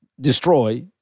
destroy